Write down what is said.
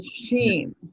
machine